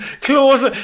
close